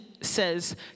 says